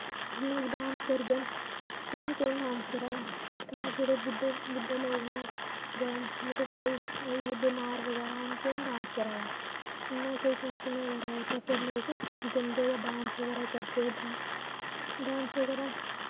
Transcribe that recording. लोग डांस करग इ'यां कौन डांस करा दा घर जेह्ड़े बुड्ढे बुड्ढे लोग ने जां मतलब थोह्ड़े होई ऐ बमार बगैरा होन कौन डांस करा दा फंक्शन बगैरा होग लोग बगैरा जन्दे उत्थें डांस बगैरा करदे इ'यां कौन डांस करा दा ते